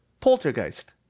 Poltergeist